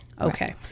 Okay